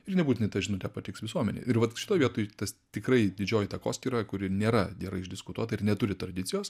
ir nebūtinai ta žinutė patiks visuomenei ir vat šitoj vietoj tas tikrai didžioji takoskyra kuri nėra gerai išdiskutuota ir neturi tradicijos